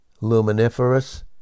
luminiferous